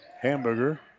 Hamburger